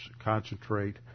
concentrate